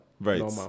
Right